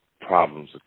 problems